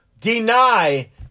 deny